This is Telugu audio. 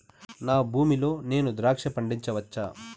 నా భూమి లో నేను ద్రాక్ష పండించవచ్చా?